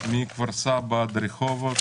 מכפר סבא עד רחובות,